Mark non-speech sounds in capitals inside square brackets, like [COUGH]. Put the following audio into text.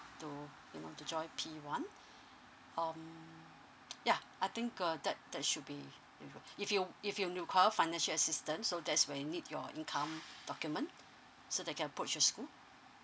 to you know to join P one um [NOISE] ya I think uh that that should be if you if you financial assistance so that's when it need your income document so they can approach your school